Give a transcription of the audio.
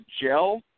gel